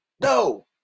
no